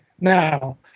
now